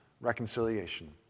reconciliation